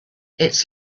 its